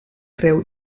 creu